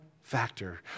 factor